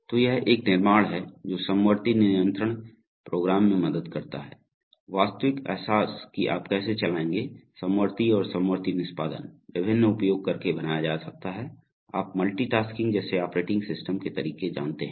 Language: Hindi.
तो यह एक निर्माण है जो समवर्ती नियंत्रण प्रोग्राम में मदद करता है वास्तविक अहसास कि आप कैसे चलाएंगे समवर्ती और समवर्ती निष्पादन विभिन्न उपयोग करके बनाया जा सकता है आप मल्टीटास्किंग जैसे ऑपरेटिंग सिस्टम के तरीके जानते हैं